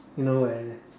you know where